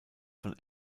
von